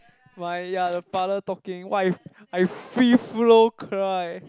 my ya the father talking !wah! I free flow cry